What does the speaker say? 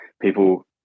people